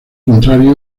contrario